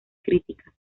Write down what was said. críticas